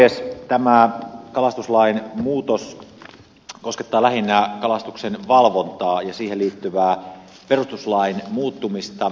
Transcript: tämä kalastuslain muutos koskettaa lähinnä kalastuksenvalvontaa ja siihen liittyvää perustuslain muuttumista